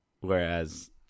Whereas